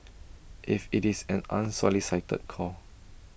if IT is an unsolicited call